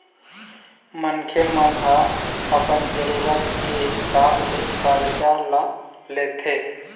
मनखे मन ह अपन जरुरत के हिसाब ले करजा ल लेथे